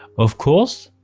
of course,